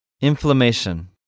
inflammation